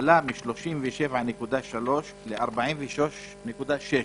עלה מ-37.3 ל-43.6,